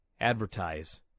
advertise